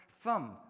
thumb